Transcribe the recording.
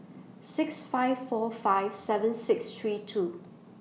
six five four five seven six three two